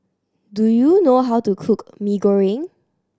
do you know how to cook Mee Goreng